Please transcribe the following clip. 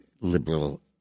liberal